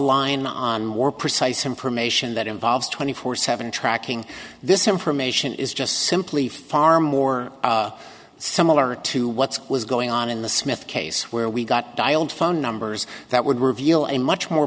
information that involves twenty four seven tracking this information is just simply far more similar to what's was going on in the smith case where we got dialed phone numbers that would reveal a much more